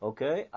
Okay